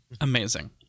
amazing